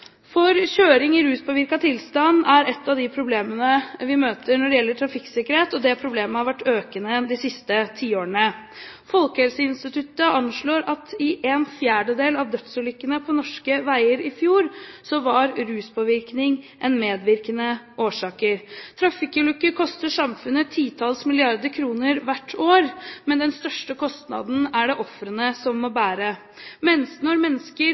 Kjøring i ruspåvirket tilstand er et av de problemene vi møter når det gjelder trafikksikkerhet, og det problemet har vært økende de siste tiårene. Folkehelseinstituttet anslår at i en fjerdedel av dødsulykkene på norske veger i fjor var ruspåvirkning en medvirkende årsak. Trafikkulykker koster samfunnet titalls milliarder kroner hvert år, men den største kostnaden er det ofrene som må bære. Når mennesker